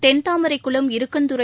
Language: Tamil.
தென்தாமரை குளம் இருக்கன்துறை